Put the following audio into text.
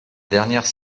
dernière